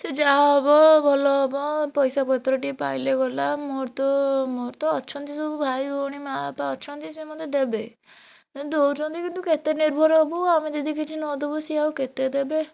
ସେ ଯାହା ହେବ ଭଲ ହେବ ପଇସାପତ୍ର ଟିକିଏ ପାଇଲେ ଗଲା ମୋର ତ ମୋର ତ ଅଛନ୍ତି ସବୁ ଭାଇଭଉଣୀ ମା' ବାପା ଅଛନ୍ତି ସେ ମୋତେ ଦେବେ ଦେଉଛନ୍ତି କିନ୍ତୁ କେତେ ନିର୍ଭର ହେବୁ ଆମେ ଯଦି କିଛି ନ ଦେବୁ ସିଏ ଆଉ କେତେ ଦେବେ